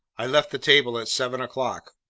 i left the table at seven o'clock.